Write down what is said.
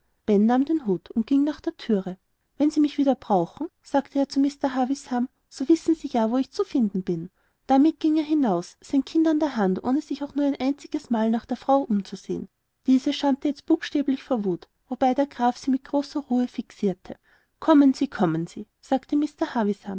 nahm den hut und ging nach der thüre wenn sie mich wieder brauchen sagte er zu mr havisham so wissen sie ja wo ich zu finden bin damit ging er hinaus sein kind an der hand ohne sich nur ein einziges mal nach der frau umzusehen diese schäumte jetzt buchstäblich vor wut wobei der graf sie mit großer ruhe fixierte kommen sie kommen sie sagte